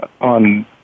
on